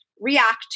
react